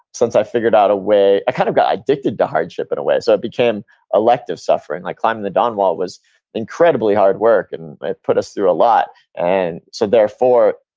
since i figured out a way, i kind of got addicted to hardship in a way, so it became elective suffering. like climbing the dawn wall was incredibly hard work and it put us through a lot and so therefore,